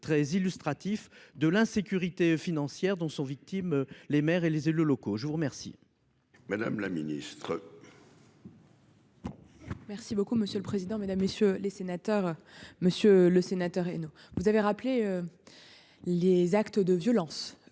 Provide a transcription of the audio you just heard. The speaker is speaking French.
très illustratif de l'insécurité financière dont sont victimes les maires et les élus locaux. Je vous remercie. Madame la ministre. Merci beaucoup monsieur le président, Mesdames, messieurs les sénateurs, Monsieur le Sénateur, et nous vous avez rappelé. Les actes de violence